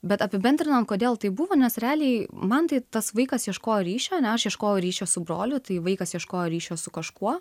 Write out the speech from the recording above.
bet apibendrinant kodėl taip buvo nes realiai man tai tas vaikas ieškojo ryšio ane aš ieškojau ryšio su broliu tai vaikas ieškojo ryšio su kažkuo